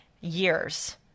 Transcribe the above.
years